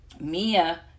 Mia